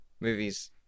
movies